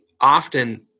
often